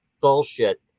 bullshit